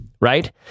Right